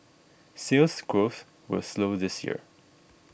Sales Growth will slow this year